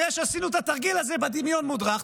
אחרי שעשינו את התרגיל הזה בדמיון מודרך,